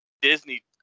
Disney